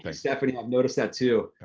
like stephanie, i've noticed that too.